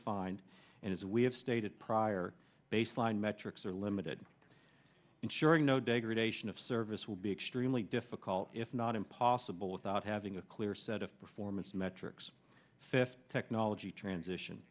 fined and as we have stated prior baseline metrics are limited ensuring no degradation of service will be extremely difficult if not impossible without having a clear set of performance metrics fifth technology transition